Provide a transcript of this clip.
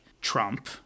Trump